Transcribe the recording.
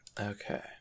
okay